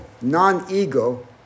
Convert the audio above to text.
non-ego